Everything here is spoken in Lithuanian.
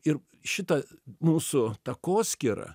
ir šita mūsų takoskyra